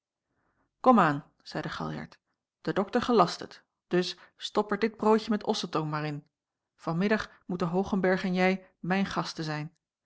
raad komaan zeide galjart de dokter gelast het dus stop er dit broodje met ossetong maar in van middag moeten hoogenberg en jij mijn gasten zijn